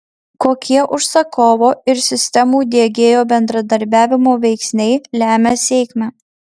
kokie užsakovo ir sistemų diegėjo bendradarbiavimo veiksniai lemia sėkmę